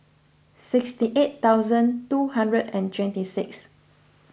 sixty eight thousand two hundred and twenty six